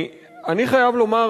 אני חייב לומר,